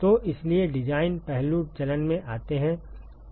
तो इसलिए डिजाइन पहलू चलन में आते हैं